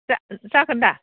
जा जागोन दा